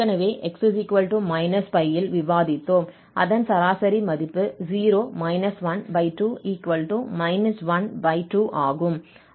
அதன் சராசரி மதிப்பு 0 12 12 ஆகும்